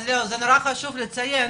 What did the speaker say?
זה נורא חשוב לציין,